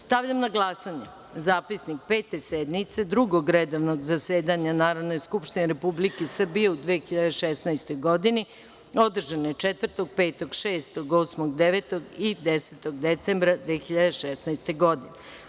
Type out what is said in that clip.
Stavljam na glasanje Zapisnik Pete sednice Drugog redovnog zasedanja Narodne skupštine Republike Srbije u 2016. godini, održane 4, 5, 6, 8, 9. i 10. decembra 2016. godine.